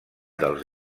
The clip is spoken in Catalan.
dels